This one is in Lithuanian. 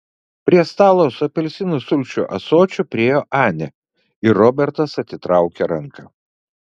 prie stalo su apelsinų sulčių ąsočiu priėjo anė ir robertas atitraukė ranką